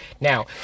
Now